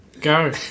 Go